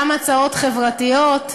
גם הצעות חברתיות.